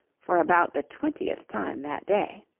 for about the twentieth time that day.